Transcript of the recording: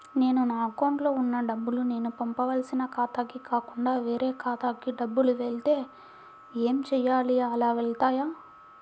నేను నా అకౌంట్లో వున్న డబ్బులు నేను పంపవలసిన ఖాతాకి కాకుండా వేరే ఖాతాకు డబ్బులు వెళ్తే ఏంచేయాలి? అలా వెళ్తాయా?